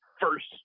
first